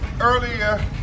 earlier